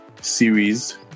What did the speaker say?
series